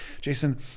Jason